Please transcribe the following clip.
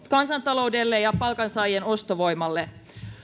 kansantaloudelle ja palkansaajien ostovoimalle